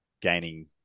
gaining